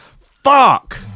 Fuck